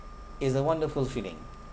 is a wonderful feeling